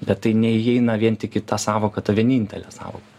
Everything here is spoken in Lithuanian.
bet tai neįeina vien tik į tą sąvoką ta vienintelė sąvoka